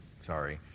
sorry